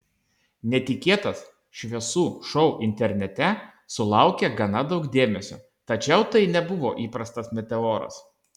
netikėtas šviesų šou internete sulaukė gana daug dėmesio tačiau tai nebuvo įprastas meteoras